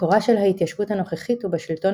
מקורה של ההתיישבות הנוכחית הוא בשלטון